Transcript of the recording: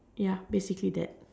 ya basically that